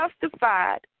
justified